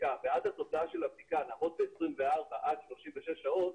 לבדיקה ועד התוצאה של הבדיקה נעמוד ב-24 עד 36 שעות,